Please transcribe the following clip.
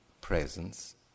presence